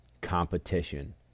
competition